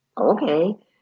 Okay